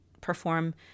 perform